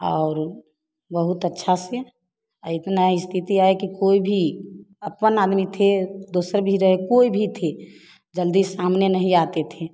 और बहुत अच्छा से यह इतना स्थिति है कि कोई भी अप्पन आदमी थे दोसर भी रहे कोय भी थी जल्दी सामने नहीं आते थे